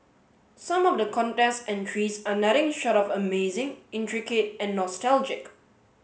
some of the contest entries are nothing short of amazing intricate and nostalgic